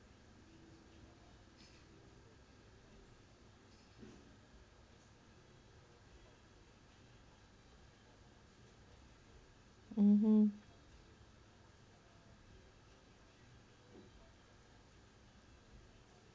mmhmm